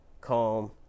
calm